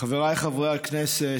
חבריי חברי הכנסת,